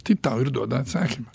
tai tau ir duoda atsakymą